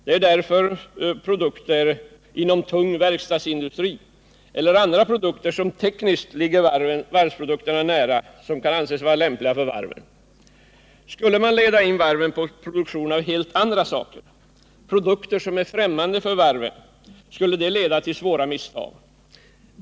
Det är därför endast produkter inom tung verkstadsindustri, eller andra produkter som tekniskt ligger varvsprodukterna nära, som kan anses vara lämpliga för varven. Skulle man leda in varven på produktion av helt andra saker, produkter som är främmande för varven, skulle detta leda till svåra misstag.